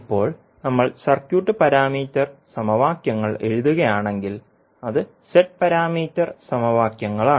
ഇപ്പോൾ നമ്മൾ circuit parameter സമവാക്യങ്ങൾ എഴുതുകയാണെങ്കിൽ അത് z പാരാമീറ്റർ സമവാക്യങ്ങളാണ്